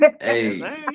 Hey